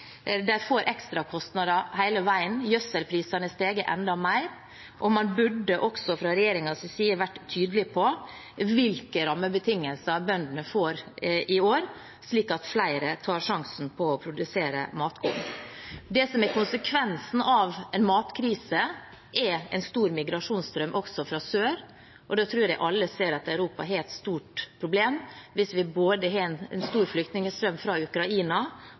får ekstrakostnader hele veien. Gjødselprisene har steget enda mer. Man burde fra regjeringens side vært tydelig på hvilke rammebetingelser bøndene får i år, slik at flere tar sjansen på å produsere matkorn. Det som er konsekvensen av en matkrise, er en stor migrasjonsstrøm også fra sør. Da tror jeg alle ser at Europa har et stort problem, hvis vi både har en stor flyktningstrøm fra Ukraina